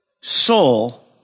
soul